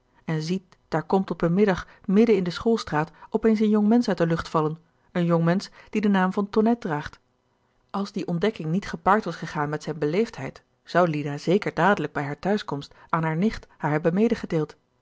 en ziet daar komt op een middag midden in den schoolstraat op eens een jong mensch uit de lucht vallen een jong mensch die den naam van tonnette draagt als die ontdekking niet gepaard was gegaan met zijne beleefdheid zou lina zeker dadelijk bij hare t'huiskomst aan hare nicht haar